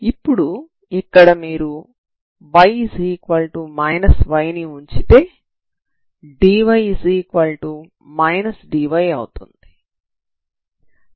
ఇప్పుడు ఇక్కడ మీరు y y ని ఉంచితే dy dy అవుతుంది